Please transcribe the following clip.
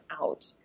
out